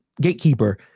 gatekeeper